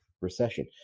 recession